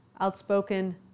outspoken